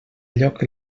lloc